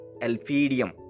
alphidium